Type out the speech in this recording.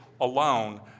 alone